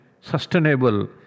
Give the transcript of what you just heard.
sustainable